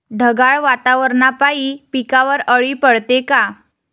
ढगाळ वातावरनापाई पिकावर अळी पडते का?